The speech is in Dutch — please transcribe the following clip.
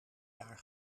jaar